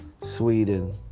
Sweden